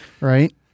Right